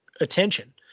attention